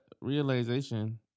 Realization